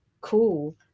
cool